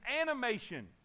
animation